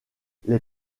les